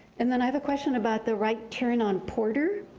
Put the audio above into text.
and then i have a question about the right turn on porter.